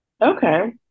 okay